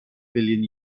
billion